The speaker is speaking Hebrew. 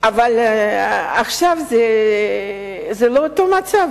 אבל עכשיו זה לא אותו מצב,